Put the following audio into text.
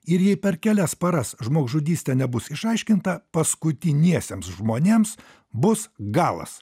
ir jei per kelias paras žmogžudystė nebus išaiškinta paskutiniesiems žmonėms bus galas